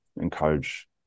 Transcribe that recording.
encourage